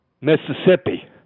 Mississippi